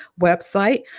website